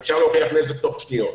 אפשר להוכיח נזק תוך שניות.